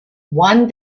one